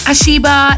Ashiba